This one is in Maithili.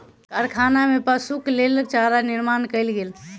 कारखाना में पशुक लेल चारा निर्माण कयल गेल